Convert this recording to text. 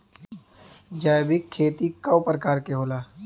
जैविक खेती कव प्रकार के होला?